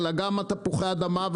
ירד גם לתפוחי האדמה,